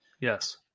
Yes